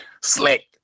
Slick